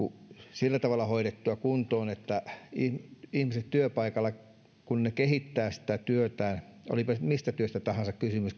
sillä tavalla hoidettua kuntoon että kun ihmiset työpaikalla kehittävät sitä työtään olipa mistä työstä tahansa kysymys